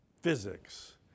physics